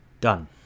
done